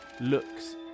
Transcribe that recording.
looks